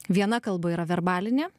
viena kalba yra verbalinė